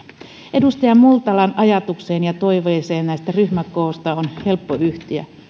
edustaja multalan ajatukseen ja toiveeseen näistä ryhmäkoista on helppo yhtyä kun